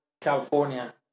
california